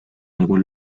algún